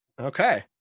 okay